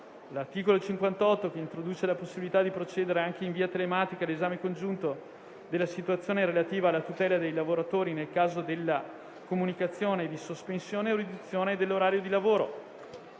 l'articolo 58, che introduce la possibilità di procedere anche in via telematica all'esame congiunto della situazione relativa alla tutela dei lavoratori nel caso della comunicazione di sospensione o riduzione dell'orario di lavoro;